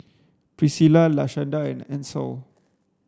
Priscila Lashanda and Ancel